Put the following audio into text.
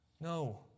No